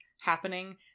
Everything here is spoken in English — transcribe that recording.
happening